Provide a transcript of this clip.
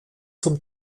zum